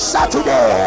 Saturday